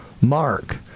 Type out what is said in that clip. Mark